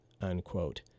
Unquote